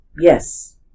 yes